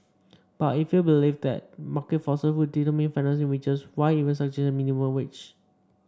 but if you believe that market forces would determine fairness in wages why even suggest a minimum wage